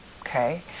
Okay